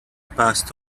passed